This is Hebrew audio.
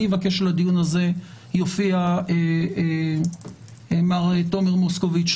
אני מבקש שלדיון הזה יופיע מר תומר מוסקוביץ,